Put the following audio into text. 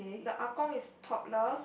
the ah-gong is topless